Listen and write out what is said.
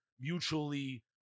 mutually